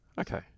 Okay